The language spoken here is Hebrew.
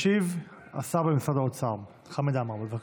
ישיב השר במשרד האוצר חמד עמאר, בבקשה.